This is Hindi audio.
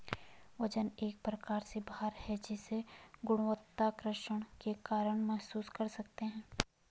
वजन एक प्रकार से भार है जिसे गुरुत्वाकर्षण के कारण महसूस कर सकते है